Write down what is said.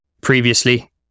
previously